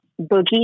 Boogie